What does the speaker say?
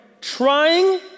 trying